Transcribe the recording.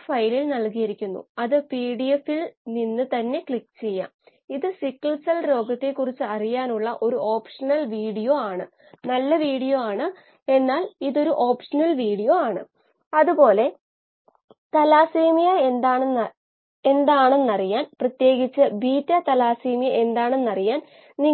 വഴി നിർണ്ണയിക്കുന്നതിന് ഓക്സിജന്റെ ഉറവിടം വായുവാണ് ഒരു മില്ലിവോൾട്ട് മീറ്റർ ആണ് അലിഞ്ഞു ചേർന്ന ഓക്സിജൻ നില